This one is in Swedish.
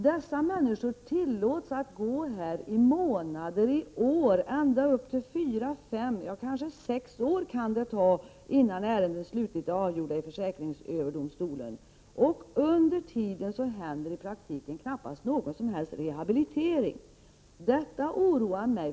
Dessa människor tillåts ju att gå i månader och år — ända upp till fyra eller sex år kan det dröja innan ett ärende är slutligt avgjort i försäkringsöverdomstolen — medan de under tiden knappast får någon som helst rehabilitering. Detta oroar mig.